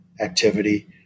activity